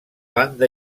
banda